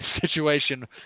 situation